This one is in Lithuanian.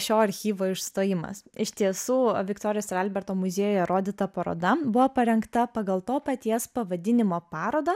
šio archyvo išstojimas iš tiesų viktorijos ir alberto muziejuje rodyta paroda buvo parengta pagal to paties pavadinimo parodą